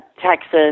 Texas